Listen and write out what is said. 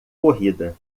corrida